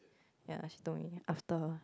ya she told me after